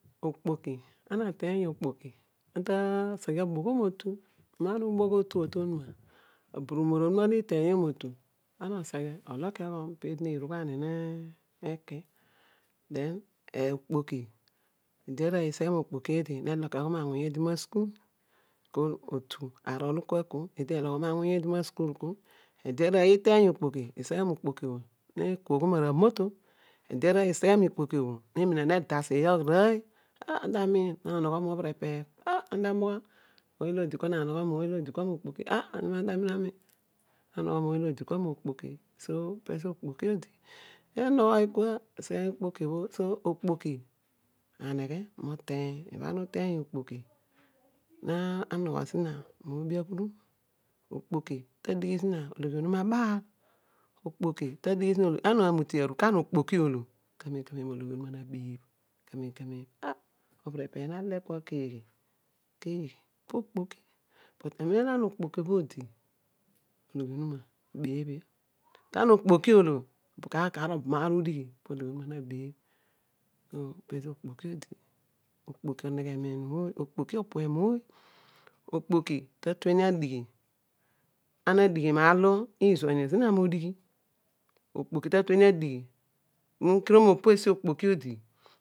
Okpoki ana ateeny okpoki ana ta seghe aboghom otu amem ana uru bogh otu bho to onuma aburu mor onuma olo iteeny io motu pana oseghe oloki oyom peedi narugh gha nieki den okpoki etede eseghe mokpoki eedi nekokiyom awuny eedi mosukul ekol otu arol kua ku, eedi eloki oyom awuny eedi mosukul ete arooy iteeny ikpoki eedi iseghe mikpoki bho ne kuoyom moto ede arooy iseghe mokpoki ne kuoyom moto ede arooy iseghe mokpoki ne dasiiny arooy ah ana ta miin nonogho mo obherepeer ooy olo odi kua nanogho mooy onodi kua mokpoki so pezo okpoki odi, so okpoki aneghe moteeny, ibha ana uteeny okpoki na nogho zina moobi aghudum okpoki ta dighi zina ologhi onuma abaal okpoki opue mooy okpoki tatum adighi zina modighi aar olo izuan io zina modighi okpoki ta tueni adighi, mu kedio opo asi olo okpoki odi